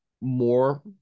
more